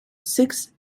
six